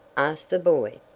asked the boy,